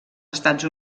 estats